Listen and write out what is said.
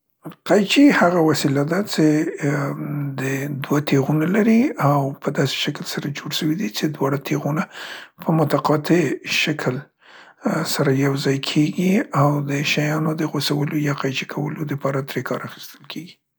قیچي هغه وسیله ده څې ا، ا د دوه تیغونه لري او په داسې شکل سره جوړ سوي دي څې دواړه تیغونه په متقاطې شکل ا سره یو ځای کیګي او د شیانو د خوڅولو یا قیچي کولو د پاره ترې کار اخیستل کیګي.